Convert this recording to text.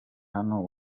hano